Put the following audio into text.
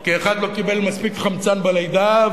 כי אחד לא קיבל מספיק חמצן בלידה,